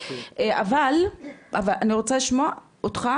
אבל אני רוצה לשמוע אותך,